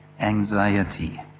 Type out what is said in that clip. anxiety